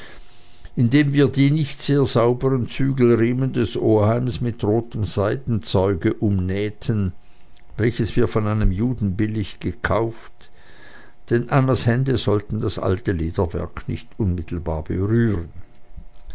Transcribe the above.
indem wir die nicht sehr sauberen zügelriemen des oheims mit rotem seidenzeuge umnähten welches wir von einem juden billig gekauft denn annas hände sollten das alte lederwerk nicht unmittelbar berühren